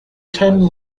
ten